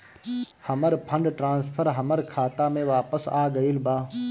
हमर fund transfer हमर खाता में वापस आ गईल बा